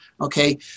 Okay